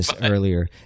earlier